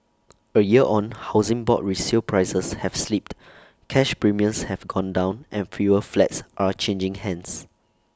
A year on Housing Board resale prices have slipped cash premiums have gone down and fewer flats are changing hands